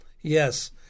Yes